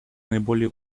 наиболее